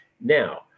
Now